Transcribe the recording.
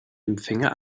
empfänger